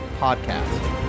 podcast